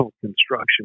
construction